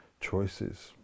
choices